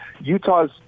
Utah's